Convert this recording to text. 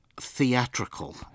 Theatrical